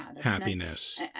happiness